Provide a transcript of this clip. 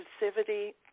inclusivity